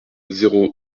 zéro